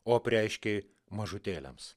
o apreiškei mažutėliams